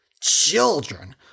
Children